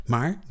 Maar